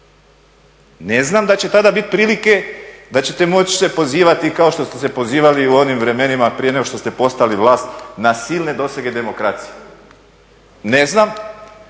Ne znam da će tada biti prilike da ćete moći se pozivati kao što ste se pozivali u onim vremenima prije nego što ste postali vlast na silne dosege demokracije, ne znam,